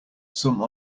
some